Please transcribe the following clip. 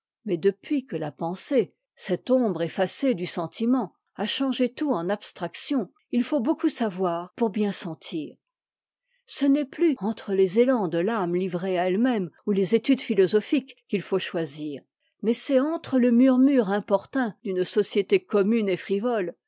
mais depuis que la pensée cette ombre effacée du sentiment a changé tout en abstractions il faut beaucoup savoir pour bien sentir ce n'est plus entre les élans dé l'âme livrée à elle-même ou les études philosophiques qu'il faut choisir mais c'est entre le murmure importun d'une société commune et frivole